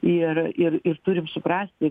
ir ir ir turim suprasti